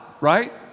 right